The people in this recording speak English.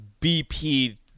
BP